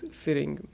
fitting